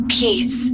peace